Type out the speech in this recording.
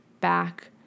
back